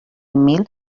mil